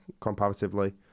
comparatively